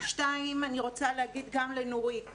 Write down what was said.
שניים, אני רוצה להגיד גם לנורית.